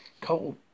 cold